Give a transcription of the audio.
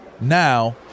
now